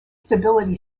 stability